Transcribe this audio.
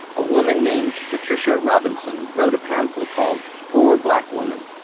a woman named patricia robinson wrote a pamphlet called poor black woman,